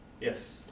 Yes